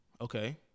Okay